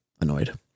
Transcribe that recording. annoyed